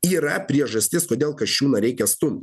yra priežastis kodėl kasčiūną reikia stumti